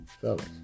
Fellas